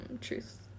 truth